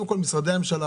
קודם כול משרדי הממשלה,